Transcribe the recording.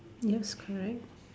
yes correct